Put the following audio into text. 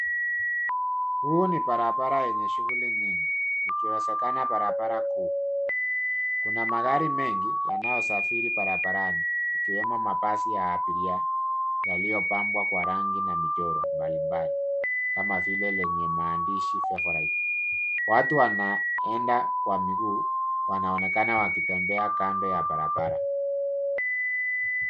Huu ni barabara yenye shughuli nyingi, ikiwezekana barabara kuu. Kuna magari mengi yanayosafiri barabarani, ikiwemo mabasi ya abiria yaliyopambwa kwa rangi na michoro mbalimbali, kama vile lenye maandishi favourite .Watu wanaenda kwa miguu, wanaonekana wakitembea kando ya barabara.